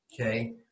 Okay